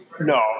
No